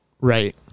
Right